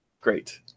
great